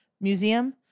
museum